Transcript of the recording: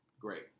great